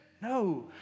No